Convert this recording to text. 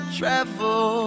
travel